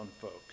folk